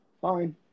Fine